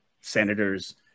Senators